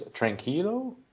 Tranquilo